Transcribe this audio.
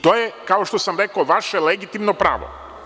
To je kao što sam rekao vaše legitimno pravo.